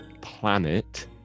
planet